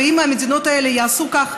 אם המדינות האלה יעשו כך,